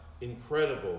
incredible